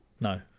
No